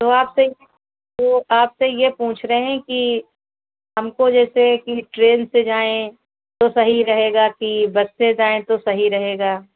तो आपसे तो आपसे यह पूछ रहे हैं कि हमको जैसे है कि ट्रेन से जाएँ तो सही रहेगा कि बस से जाएँ तो सही रहेगा